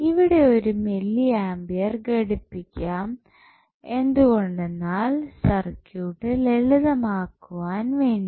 ഇവിടെ ഒരു milliampere ഘടിപ്പിക്കാം എന്തുകൊണ്ടെന്നാൽ സർക്യൂട്ട് ലളിതം ആകുവാൻ വേണ്ടി